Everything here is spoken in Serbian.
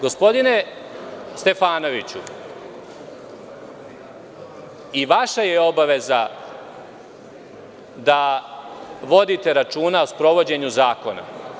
Gospodine Stefanoviću, i vaša je obaveza da vodite računa o sprovođenju zakona.